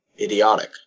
idiotic